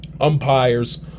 umpires